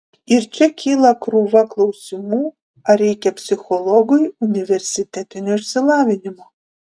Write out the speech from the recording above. ir čia kyla krūva klausimų ar reikia psichologui universitetinio išsilavinimo